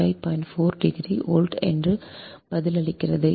4 degree volt என்று பதிலளிக்கிறது